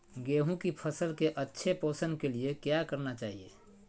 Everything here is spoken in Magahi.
गेंहू की फसल के अच्छे पोषण के लिए क्या करना चाहिए?